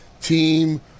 team